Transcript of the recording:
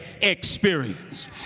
experience